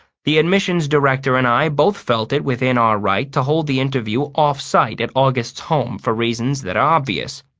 the admissions director and i both felt it within our right to hold the interview off-site at august's home for reasons that are obvious.